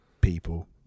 people